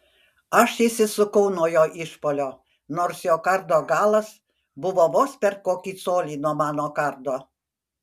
aš išsisukau nuo jo išpuolio nors jo kardo galas buvo vos per kokį colį nuo mano kardo